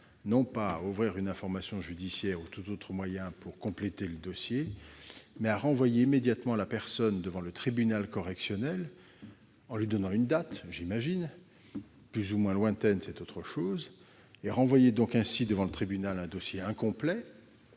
non pas à ouvrir une information judiciaire ou tout autre moyen pour compléter le dossier, mais à renvoyer immédiatement la personne devant le tribunal correctionnel, en lui fixant une date, plus ou moins lointaine- c'est un autre problème. Serait ainsi renvoyé devant le tribunal un dossier incomplet-